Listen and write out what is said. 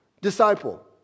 disciple